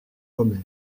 omer